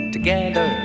Together